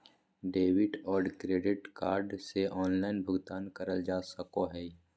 debit और credit card से online भुगतान करल जा सको हय